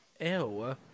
Ew